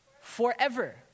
Forever